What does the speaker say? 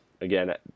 again